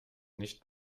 nicht